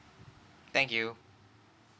thank you